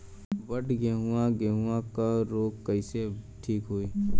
बड गेहूँवा गेहूँवा क रोग कईसे ठीक होई?